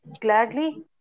gladly